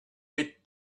bit